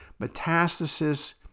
Metastasis